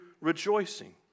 rejoicing